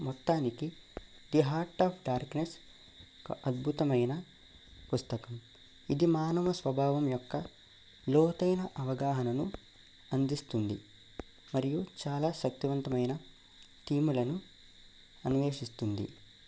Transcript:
మొత్తానికి the heart of darkness అద్భుతమైన పుస్తకం ఇది మానవ స్వభావం యొక్క లోతైన అవగాహనను అందిస్తుంది మరియు చాలా శక్తివంతమైన థీమ్లను అన్వేషిస్తుంది